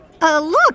look